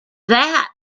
that